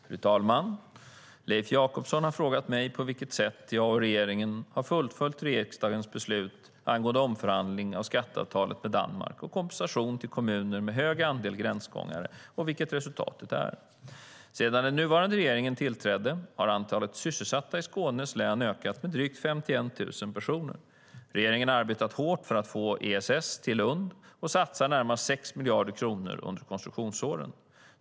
Fru talman! Leif Jakobsson har frågat mig på vilket sätt jag och regeringen har fullföljt riksdagens beslut angående omförhandling av skatteavtalet med Danmark och kompensation till kommuner med hög andel gränsgångare, och vilket resultatet är. Sedan den nuvarande regeringen tillträdde har antalet sysselsatta i Skåne län ökat med drygt 51 000 personer. Regeringen arbetade hårt för att få ESS till Lund och satsar närmare 6 miljarder kronor under konstruktionsåren.